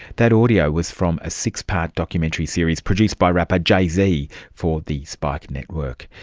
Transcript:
that audio was from a six-part documentary series produced by rapper jay z for the spike network.